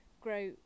grow